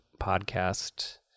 podcast